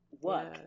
work